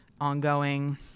ongoing